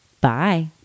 bye